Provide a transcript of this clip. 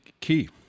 key